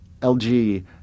LG